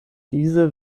diese